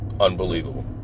unbelievable